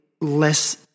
less